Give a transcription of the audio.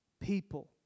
People